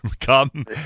Come